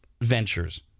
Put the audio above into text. ventures